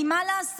כי מה לעשות,